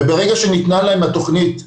וברגע שניתנה להם תוכנית ההשכלה,